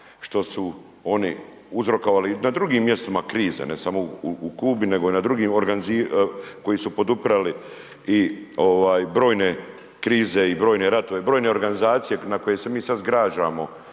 što su oni uzrokovali i na drugim mjestima krize, ne samo u Kubi nego i u drugim, koji su podupirali i brojne krize i brojne ratove, brojne organizacije na koje se mi sada zgražamo